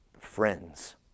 Friends